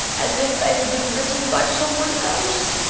as if they had been written by some one else.